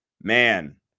Man